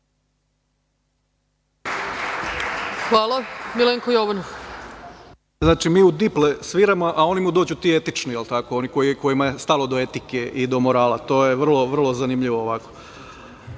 **Milenko Jovanov** Znači, mi u diple sviramo, a oni mu dođu ti etični, jel tako, oni kojima je stalo do etike i do morala. To je vrlo zanimljivo. Niko